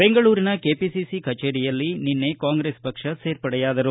ಬೆಂಗಳೂರಿನ ಕೆಪಿಸಿಸಿ ಕಚೇರಿಯಲ್ಲಿ ನಿನ್ನೆ ಕಾಂಗ್ರೆಸ್ ಪಕ್ಷ ಸೇರ್ಪಡೆಯಾದರು